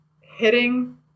hitting